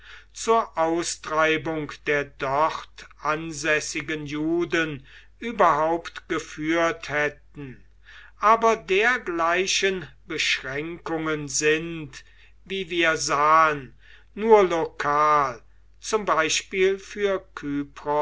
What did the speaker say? zur austreibung der dort ansässigen juden überhaupt geführt hätten aber dergleichen beschränkungen sind wie wir sahen nur lokal zum beispiel für